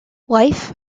life